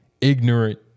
ignorant